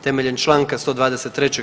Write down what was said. Temeljem čl. 123.